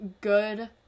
good